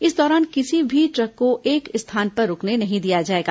इस दौरान किसी भी ट्रक को एक स्थान पर रूकने नहीं दिया जाएगा